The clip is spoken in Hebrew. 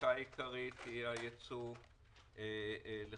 המכה העיקרית היא הייצוא לחו"ל,